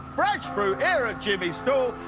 fresh fruit, here at jimmy's store.